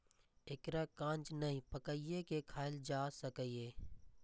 एकरा कांच नहि, पकाइये के खायल जा सकैए